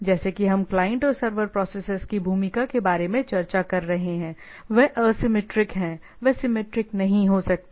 जैसा कि हम क्लाइंट और सर्वर प्रोसेसेस की भूमिका के बारे में चर्चा कर रहे हैं वे एसिमिट्रिक हैं वे सिमिट्रिक नहीं हो सकते